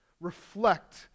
reflect